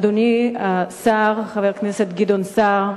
אדוני השר גדעון סער,